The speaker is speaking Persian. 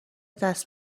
دست